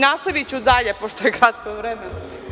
Nastaviću dalje, pošto je kratko vreme.